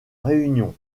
réunion